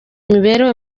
imibereho